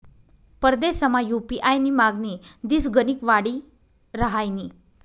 परदेसमा यु.पी.आय नी मागणी दिसगणिक वाडी रहायनी